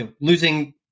losing